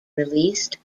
released